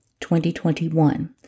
2021